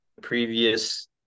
previous